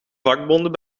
vakbonden